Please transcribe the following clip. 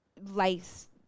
lace